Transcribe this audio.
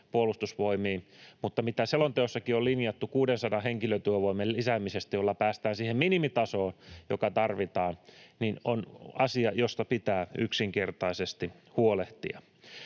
Puolustusvoimiin, mutta se, mitä selonteossakin on linjattu 600 henkilötyövuoden lisäämisestä, millä päästään siihen minimitasoon, joka tarvitaan, on asia, josta pitää yksinkertaisesti huolehtia.